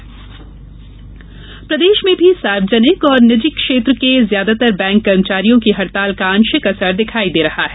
bank हड़ताल प्रदेश में भी सार्वजनिक और नीजि क्षेत्र के ज्यादातर बैंक कर्मचारियों की हड़ताल का आंशिक असर दिखाई दे रहा है